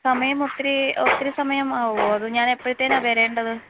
സമയം ഒത്തിരി ഒത്തിരി സമയം ആകുമോ അത് ഞാൻ എപ്പഴത്തെനാണ് വരേണ്ടത്